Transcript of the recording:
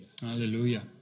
Hallelujah